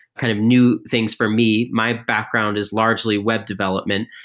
kind of new things for me. my background is largely web development,